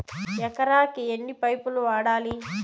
ఎకరాకి ఎన్ని పైపులు వాడాలి?